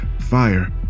Fire